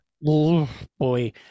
boy